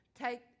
take